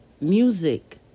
music